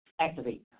activate